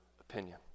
opinion